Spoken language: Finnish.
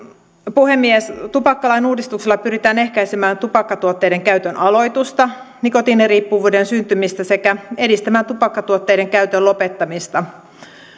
puhemies tupakkalain uudistuksella pyritään ehkäisemään tupakkatuotteiden käytön aloitusta nikotiiniriippuvuuden syntymistä sekä edistämään tupakkatuotteiden käytön lopettamista